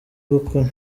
gukora